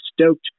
stoked